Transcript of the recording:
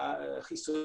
החיסון.